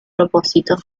propósito